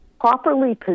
properly